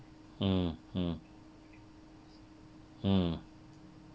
mm mm mm